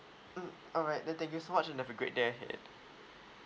mm alright then thank you so much and have a great day ahead